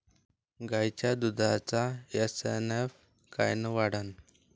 गायीच्या दुधाचा एस.एन.एफ कायनं वाढन?